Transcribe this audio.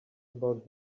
about